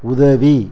உதவி